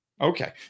Okay